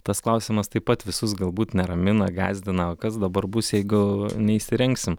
tas klausimas taip pat visus galbūt neramina gąsdina o kas dabar bus jeigu neįsirengsim